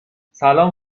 سلام